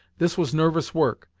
this was nervous work,